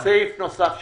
זה סעיף נוסף שנכנס.